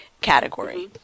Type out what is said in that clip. category